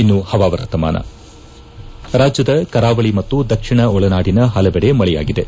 ಇನ್ನು ಹವಾವರ್ತಮಾನ ರಾಜ್ಲದ ಕರಾವಳಿ ಮತ್ತು ದಕ್ಷಿಣ ಒಳನಾಡಿನ ಹಲವೆಡೆ ಮಳೆಯಾಗಿದೆ